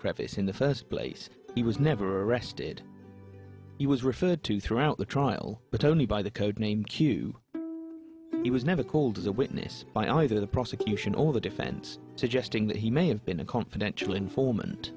crevice in the first place he was never arrested he was referred to throughout the trial but only by the code name q he was never called as a witness by either the prosecution or the defense suggesting that he may have been a confidential informant